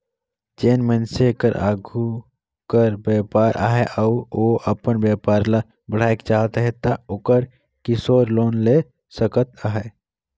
जेन मइनसे कर आघु कर बयपार अहे अउ ओ अपन बयपार ल बढ़ाएक चाहत अहे ता ओहर किसोर लोन ले सकत अहे